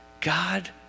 God